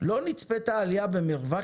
כשרשות התחרות נמנעת מהכרזה על מונופולים